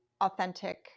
authentic